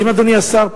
האם אדוני השר,